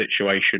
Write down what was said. situation